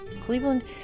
Cleveland